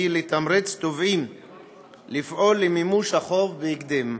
לתמרץ תובעים לפעול למימוש החוב בהקדם,